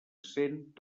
cent